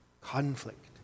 conflict